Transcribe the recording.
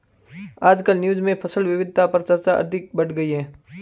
आजकल न्यूज़ में फसल विविधता पर चर्चा अधिक बढ़ गयी है